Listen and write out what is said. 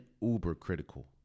uber-critical